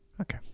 Okay